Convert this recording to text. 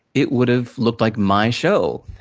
it would've looked like my show.